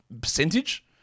percentage